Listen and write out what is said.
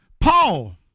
Paul